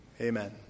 Amen